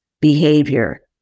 behavior